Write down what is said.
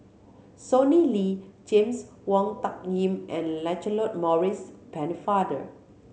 Sonny Liew James Wong Tuck Yim and Lancelot Maurice Pennefather